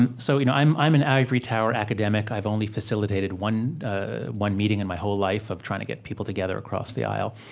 and so you know i'm i'm an ivory tower academic. i've only facilitated one one meeting in my whole life of trying to get people together across the aisle